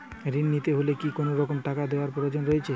ঋণ নিতে হলে কি কোনরকম টাকা দেওয়ার প্রয়োজন রয়েছে?